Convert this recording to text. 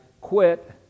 quit